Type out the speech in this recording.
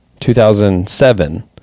2007